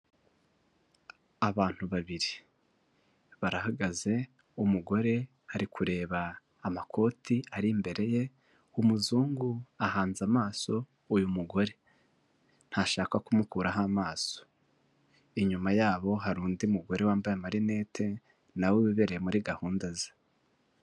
Abantu babiri barahagaze umugore ari kureba amakoti ari imbere ye umuzungu ahanze amaso uyu mugore ntashaka kumukuraho amaso inyuma yabo hari undi mugore wambaye amarinette nawe wibereye muri gahunda ze.